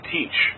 Teach